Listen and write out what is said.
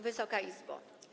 Wysoka Izbo!